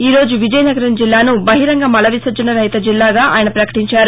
ఈరోజు విజయనగరం జిల్లాను బహిరంగ మలవిసర్జన రహిత జిల్లాగా ఆయన పకటించారు